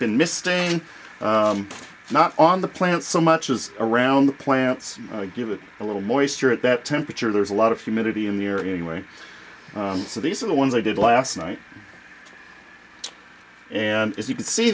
been missing not on the plant so much as around the plants give it a little moisture at that temperature there's a lot of humidity in the air anyway so these are the ones i did last night and as you c